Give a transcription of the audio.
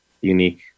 unique